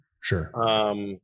Sure